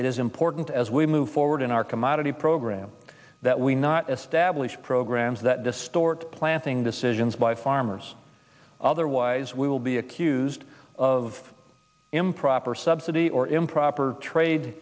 it is important as we move forward in our commodity program that we not establish programs that distort planting decisions by farmers otherwise we will be accused of improper subsidy or improper trade